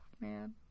man